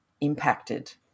impacted